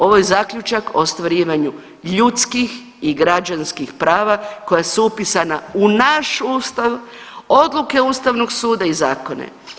Ovo je zaključak o ostvarivanju ljudskih i građanskih prava koja su upisana u naš Ustav, odluke Ustavnog suda i zakone.